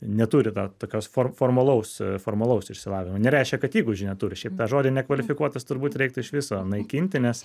neturi tą tokios for formalaus formalaus išsilavinimo nereiškia kad įgūdžių neturi šiaip tą žodį nekvalifikuotas turbūt reiktų iš viso naikinti nes